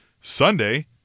Sunday